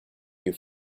you